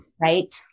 Right